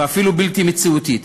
ואפילו בלתי מציאותית,